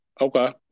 Okay